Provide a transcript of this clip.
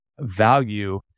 value